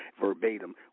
verbatim